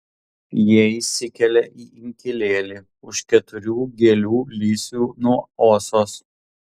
jie įsikelia į inkilėlį už keturių gėlių lysvių nuo osos